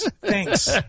thanks